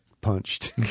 punched